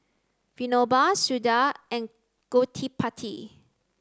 Vinoba Suda and Gottipati